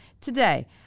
Today